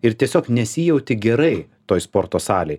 ir tiesiog nesijauti gerai toj sporto salėj